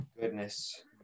goodness